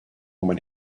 when